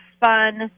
fun